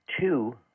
two